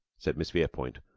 said miss verepoint,